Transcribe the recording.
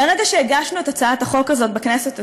מהרגע שהגשנו את הצעת החוק הזאת בכנסת הזו,